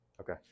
Okay